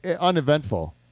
uneventful